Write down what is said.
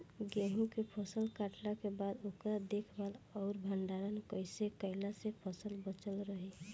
गेंहू के फसल कटला के बाद ओकर देखभाल आउर भंडारण कइसे कैला से फसल बाचल रही?